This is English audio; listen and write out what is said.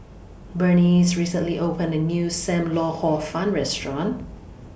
Burnice recently opened A New SAM Lau Hor Fun Restaurant